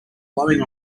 blowing